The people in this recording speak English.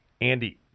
Andy